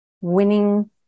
winning